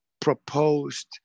proposed